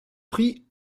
prie